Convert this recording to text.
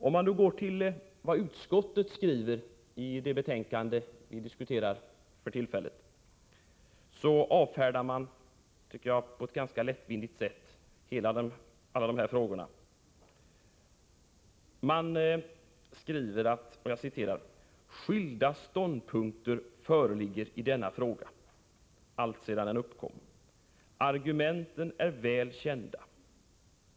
Om man går till vad utskottet skriver i det betänkande vi nu diskuterar tycker jag att man finner att utskottet ganska lättvindigt avfärdar alla de här frågorna. Man skriver: ”Skilda ståndpunkter föreligger i denna fråga alltsedan den uppkom. Argumenten är väl kända.